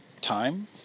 Time